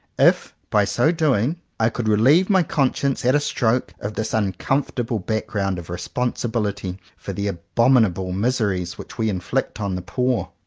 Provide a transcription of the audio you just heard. if by so doing i could relieve my conscience at a stroke of this uncomfortable background of responsibility for the abominable miseries which we inflict on the poor.